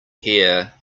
here